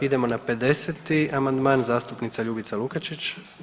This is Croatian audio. Idemo na 50. amandman zastupnica Ljubica Lukačić.